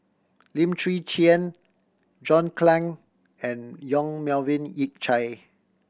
Lim Chwee Chian John Clang and Yong Melvin Yik Chye